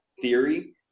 theory